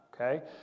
okay